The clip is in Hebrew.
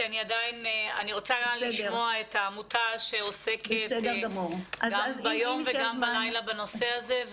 כי אני רוצה לשמוע את העמותה שעוסקת גם ביום וגם בלילה בנושא הזה,